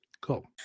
Cool